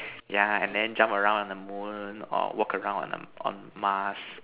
yeah and then jump around on the moon or walk around on err on Mars